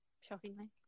shockingly